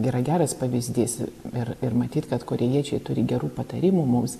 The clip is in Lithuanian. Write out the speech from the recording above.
yra geras pavyzdys ir ir matyt kad korėjiečiai turi gerų patarimų mums